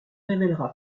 révèlera